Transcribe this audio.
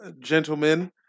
gentlemen